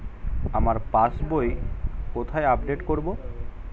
আমার পাস বই কোথায় আপডেট করব?